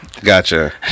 Gotcha